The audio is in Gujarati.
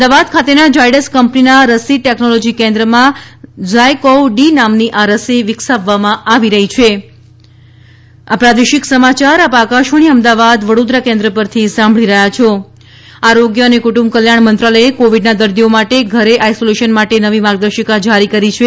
અમદાવાદ ખાતેના ઝાયડસ કંપનીના રસી ટેકનોલોજી કેન્દ્રમાં ઝાયકોવ ડી નામની આ રસી વિકસાવવામાં આવી રહી છે આરોગ્ય માર્ગદર્શિકા આરોગ્ય અને કુટુંબ કલ્યાણ મંત્રાલયે કોવિડના દર્દીઓ માટે ઘરે આઇસોલેશન માટે નવી માર્ગદર્શિકા જારી કરી છે